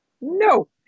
no